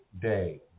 day